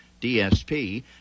DSP